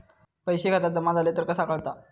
पैसे खात्यात जमा झाले तर कसा कळता?